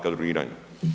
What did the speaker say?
Kadroviranja.